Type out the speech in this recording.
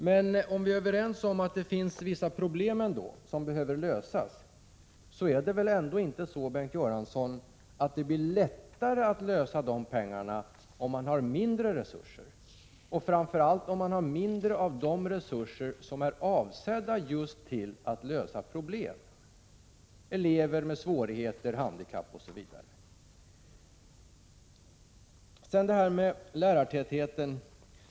Men om vi är överens om att det finns vissa problem som behöver lösas är det väl ändå, Bengt Göransson, inte så att det blir lättare att lösa dem om man får mindre resurser, och framför allt mindre av de resurser som är avsedda just för att lösa problem för elever med svårigheter, handikapp osv.?